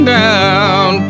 down